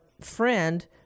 friend